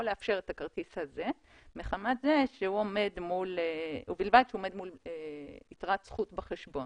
לאפשר את הכרטיס הזה ובלבד שהוא עומד מול יתרת זכות בחשבון.